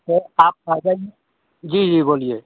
तो आप आ जाईए जी जी बोलिए